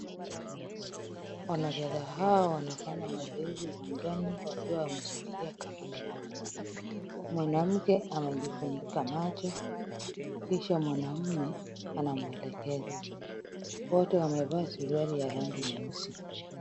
Wanariadha hawa wanafanya mazoezi uwanjani wakiwa wameshikilia kamba moja. Mwanamke amejifunika macho kisha mwanaume anamwelekeza. Wote wamevaa suruali ya rangi nyeusi.